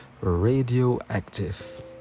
radioactive